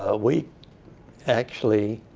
ah we actually